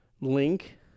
Link